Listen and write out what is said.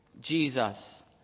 Jesus